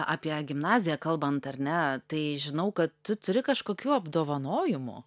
apie gimnaziją kalbant ar ne tai žinau kad tu turi kažkokių apdovanojimų